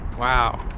wow!